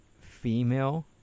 female